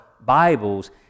Bibles